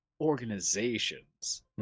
organizations